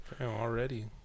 Already